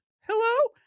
Hello